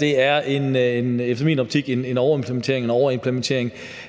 Det er i min optik en overimplementering af noget